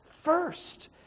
first